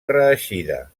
reeixida